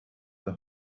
the